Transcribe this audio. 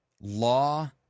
law